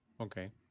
Okay